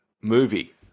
movie